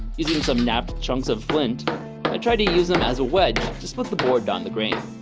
using some napped chunks of flint i tried to use them as a wedge just put the board down the green